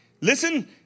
Listen